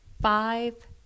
five